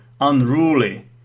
unruly